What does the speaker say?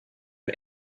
and